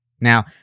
Now